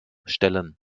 stellen